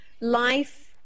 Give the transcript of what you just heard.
life